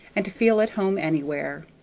and to feel at home anywhere.